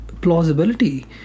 plausibility